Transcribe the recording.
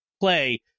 play